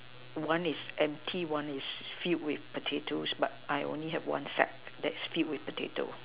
one is empty one is filled with potatoes but I only have one sack that is filled with potatoes